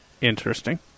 Interesting